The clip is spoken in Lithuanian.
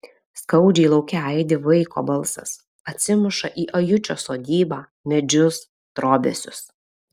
skaudžiai lauke aidi vaiko balsas atsimuša į ajučio sodybą medžius trobesius